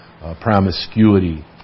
promiscuity